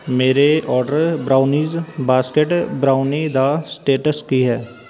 ਮੇਰੇ order brownies basket brownie ਦਾ status ਕੀ ਹੈ